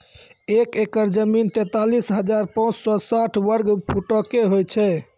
एक एकड़ जमीन, तैंतालीस हजार पांच सौ साठ वर्ग फुटो के होय छै